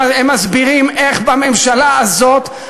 הם מסבירים איך בממשלה הזאת,